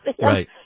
Right